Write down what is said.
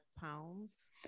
pounds